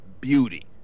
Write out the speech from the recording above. beauty